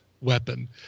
weapon